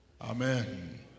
Amen